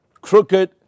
crooked